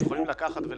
אתם יכולים להגיד: